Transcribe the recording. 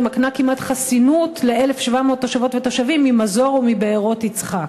היא מקנה כמעט חסינות ל-1,700 תושבות ותושבים ממזור ומבארות-יצחק,